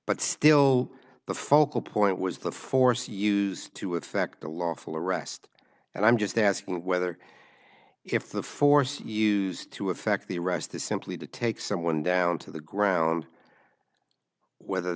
but still the focal point was the force used to affect a lawful arrest and i'm just asking whether if the force used to affect the rest is simply to take someone down to the ground whether